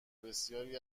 بسیاری